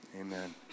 Amen